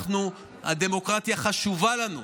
הדמוקרטיה חשובה לנו,